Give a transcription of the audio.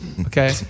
Okay